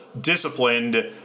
disciplined